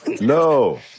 No